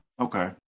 Okay